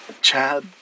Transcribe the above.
Chad